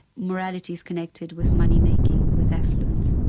morality is connected with moneymaking, with affluence.